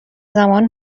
زمان